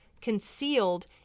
concealed